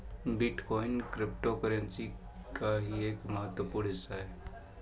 bitcoin cryptocurrency का ही एक महत्वपूर्ण हिस्सा है